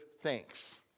Thanks